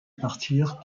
partir